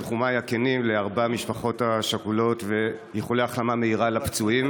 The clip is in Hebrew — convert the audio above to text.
תנחומיי הכנים לארבע המשפחות השכולות ואיחולי החלמה מהירה לפצועים.